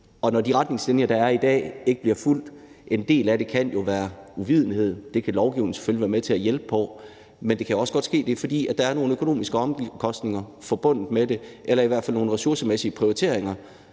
Når de retningslinjer, der er i dag, ikke bliver fulgt, kan en del af det skyldes uvidenhed – det kan lovgivning selvfølgelig være med til at hjælpe på – men det kan også være, fordi der er nogle økonomiske omkostninger forbundet med det eller i hvert fald nogle ressourcemæssige prioriteringer,